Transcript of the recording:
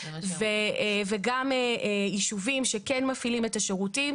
וגם יישובים שכן מפעילים את השירותים,